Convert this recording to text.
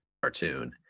cartoon